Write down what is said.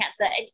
cancer